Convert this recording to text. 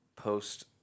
post